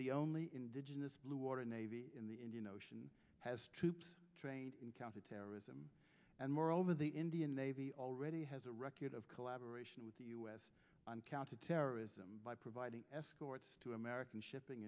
the only indigenous blue water navy in the indian ocean has trained in counterterrorism and moreover the indian navy already has a record of collaboration with the u s on counterterrorism by providing escorts to american shipping